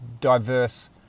diverse